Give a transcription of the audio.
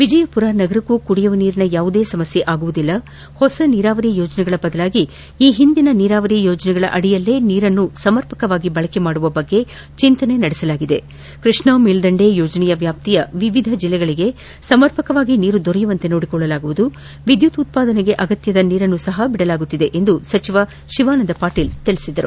ವಿಜಯಪುರ ನಗರಕ್ಕೂ ಕುಡಿಯುವ ನೀರಿನ ಯಾವುದೇ ಸಮಸ್ಥೆ ಆಗುವುದಿಲ್ಲ ಹೊಸ ನೀರಾವರಿ ಯೋಜನೆಗಳ ಬದಲಾಗಿ ಈ ಹಿಂದಿನ ನೀರಾವರಿ ಯೋಜನೆಗಳ ಅಡಿಯಲ್ಲೇ ನೀರನ್ನು ಸಮಪರ್ಕವಾಗಿ ಬಳಕೆ ಮಾಡುವ ಬಗ್ಗೆ ಚಿಂತನೆ ನಡೆಸಲಾಗಿದೆ ಕ್ಷಷ್ನಾ ಮೇಲ್ಲಂಡೆ ಯೋಜನೆ ವ್ಯಾಪ್ತಿಯ ವಿವಿಧ ಜಿಲ್ಲೆಗಳಿಗೆ ಸಮಪರ್ಕವಾಗಿ ನೀರು ದೊರೆಯುವಂತೆ ನೋಡಿಕೊಳ್ಳಲಾಗುವುದು ವಿದ್ಯುತ್ ಉತ್ಪಾದನೆಗೆ ಅಗತ್ಯದ ನೀರನ್ನು ಸಪ ಬಿಡಲಾಗುತ್ತಿದೆ ಎಂದು ಸಚಿವ ಶಿವಾನಂದ ಪಾಟೀಲ್ ತಿಳಿಸಿದರು